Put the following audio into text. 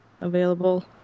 Available